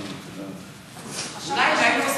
זה זלזול כנראה שלא אכפת להם אם יישרפו חיים בני אדם.